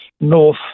north